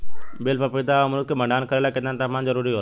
बेल पपीता और अमरुद के भंडारण करेला केतना तापमान जरुरी होला?